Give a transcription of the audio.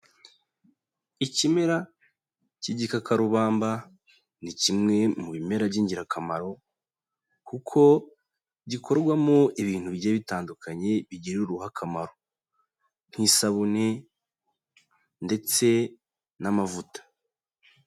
Ikimera k'igikarubamba, ni kimwe mu bimera by'ingirakamaro kuko gikorwamo ibintu bigiye bitandukanye bigirira uruhu akamaro, nk'isabune ndetse n'amavuta.